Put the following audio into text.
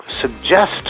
suggest